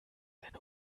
eine